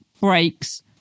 breaks